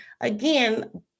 again